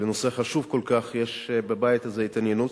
שבנושא חשוב כל כך יש בבית הזה התעניינות.